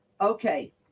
Okay